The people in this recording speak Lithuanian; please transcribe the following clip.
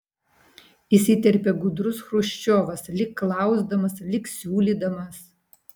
įsiterpė gudrus chruščiovas lyg klausdamas lyg siūlydamas